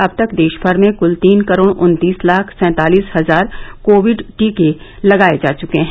अब तक देशभर में कुल तीन करोड़ उन्तीस लाख सैंतालीस हजार कोविड टीके लगाए जा चुके हैं